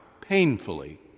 painfully